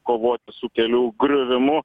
kovoti su kelių griuvimu